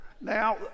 Now